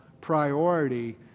priority